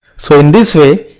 so, in this way,